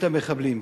את המחבלים.